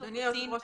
אדוני היושב ראש,